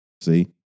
See